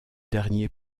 dernier